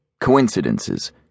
coincidences